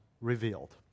revealed